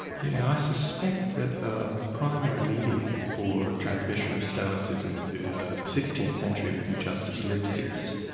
yeah i suspect that the primary medium for transmission of stoicism through the sixteenth century would be justus lipsius.